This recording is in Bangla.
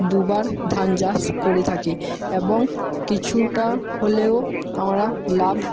দুবার ধান চাষ করে থাকি এবং কিছুটা হলেও আমরা লাভ